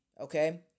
Okay